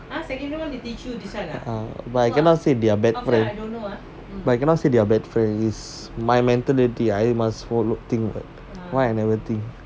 ah but I cannot say they're bad friends but I cannot say they're bad friends my mentality I must follow think why I never think